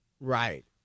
Right